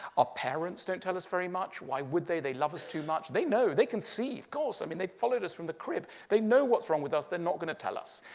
ah parents don't tell us very much. why would they? they love us too much. they know. they conceived. of course, i mean they followed us from the crib. they know what's wrong with us. they're not going to tell us.